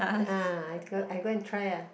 [huh] I I go and try ah